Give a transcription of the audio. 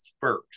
first